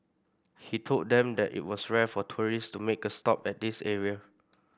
he told them that it was rare for tourists to make a stop at this area